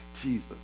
Jesus